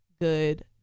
good